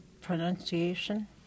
pronunciation